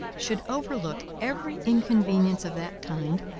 should overlook every inconvenience of that kind,